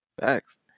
Facts